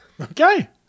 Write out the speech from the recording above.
Okay